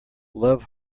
love